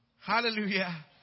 Hallelujah